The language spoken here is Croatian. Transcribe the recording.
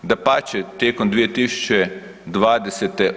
Dapače, tijekom 2020.